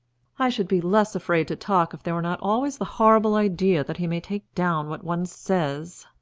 i should be less afraid to talk if there were not always the horrible idea that he may take down what one says,